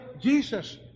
Jesus